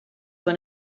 one